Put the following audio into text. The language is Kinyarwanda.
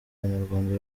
banyarwanda